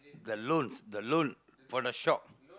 the loans the loan for the shop